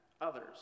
others